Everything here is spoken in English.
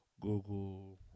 Google